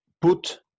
put